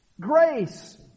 Grace